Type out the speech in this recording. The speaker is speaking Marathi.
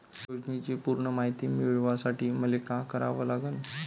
योजनेची पूर्ण मायती मिळवासाठी मले का करावं लागन?